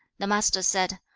the master said,